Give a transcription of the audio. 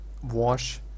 wash